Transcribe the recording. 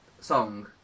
song